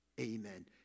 Amen